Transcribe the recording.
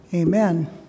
Amen